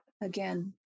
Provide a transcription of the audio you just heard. again